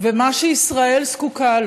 ולמה ישראל זקוקה.